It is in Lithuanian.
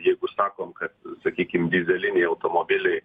jeigu sakom kad sakykim dyzeliniai automobiliai